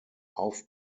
auf